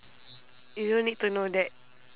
you don't need to know that